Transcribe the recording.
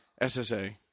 SSA